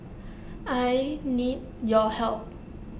I need your help